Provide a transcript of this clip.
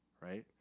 right